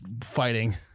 fighting